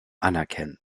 anerkennend